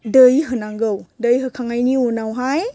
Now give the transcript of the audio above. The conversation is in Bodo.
दै होनांगौ दै होखांनायनि उनावहाय